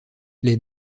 les